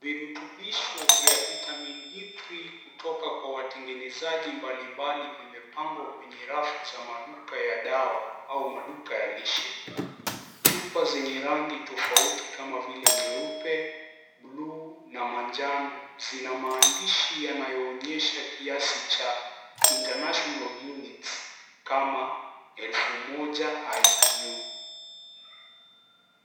Virutubisho vya vitamini D3 kutoka kwa watengenezaji mbalimbali vimepangwa kwenye rafu za maduka ya dawa au maduka ya lishe. Chupa zenye rangi tofauti kama vile nyeupe, blue na manjano zina maandishi yanayoonyesha kiasi cha 'International Units' kama '1000 IU'.